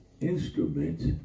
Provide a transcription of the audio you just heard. instruments